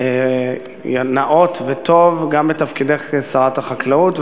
נאות וטוב גם בתפקידך כשרת החקלאות,